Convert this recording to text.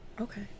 okay